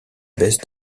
baisse